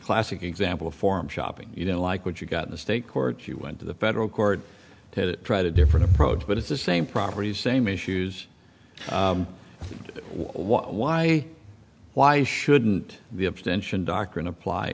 classic example of form shopping you know like what you got the state court you went to the federal court to try to different approach but it's the same properties same issues why why shouldn't the abstention doctrine apply